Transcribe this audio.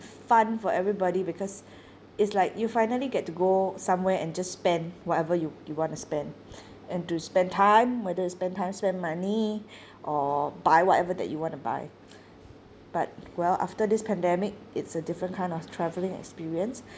fun for everybody because it's like you finally get to go somewhere and just spend whatever you you want to spend and to spend time whether you spend time spend money or buy whatever that you want to buy but well after this pandemic it's a different kind of travelling experience